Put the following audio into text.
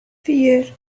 vier